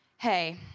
hey.